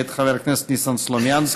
מאת חבר הכנסת ניסן סלומינסקי.